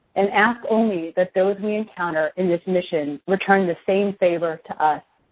and ask only that those we encounter in this mission return the same favor to us.